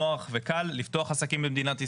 נוח וקל לפתוח עסקים במדינת ישראל.